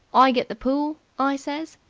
i get the pool i says.